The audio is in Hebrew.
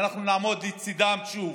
ואנחנו נעמוד לצידם שוב.